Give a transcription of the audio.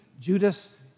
Judas